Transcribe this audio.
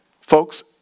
Folks